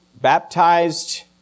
baptized